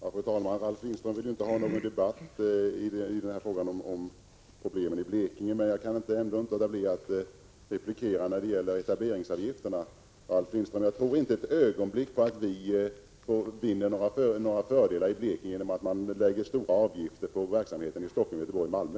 Fru talman! Ralf Lindström vill inte ha någon debatt om problemen i Blekinge, men jag kan ändå inte låta bli att replikera när det gäller etableringsavgifterna. Jag tror inte ett ögonblick, Ralf Lindström, på att vi vinner några fördelar i Blekinge genom att man lägger stora avgifter på verksamheten i Stockholm, Göteborg och Malmö.